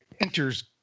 enters